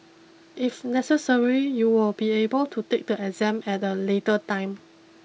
if necessary you will be able to take the exam at a later time